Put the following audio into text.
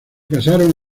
casaron